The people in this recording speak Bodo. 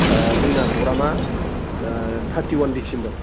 ओह जोंना प्रग्रामा ओह थारटिवान डिसेम्बर